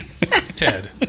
Ted